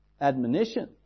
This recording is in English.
admonition